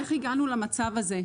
איך הגענו למצב הזה?